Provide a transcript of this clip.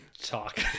talk